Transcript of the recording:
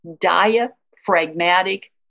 diaphragmatic